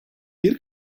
bir